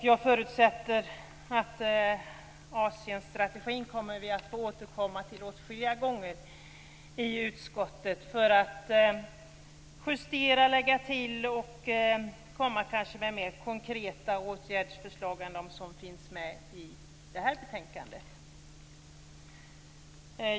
Jag förutsätter att vi kommer att få återkomma till Asienstrategin åtskilliga gånger i utskottet för att justera, lägga till och kanske komma med mer konkreta åtgärdsförslag än vad som finns i det här betänkandet.